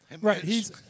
Right